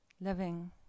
living